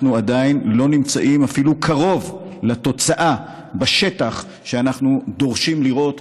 אנחנו עדיין לא נמצאים אפילו קרוב לתוצאה בשטח שאנחנו דורשים לראות,